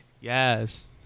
yes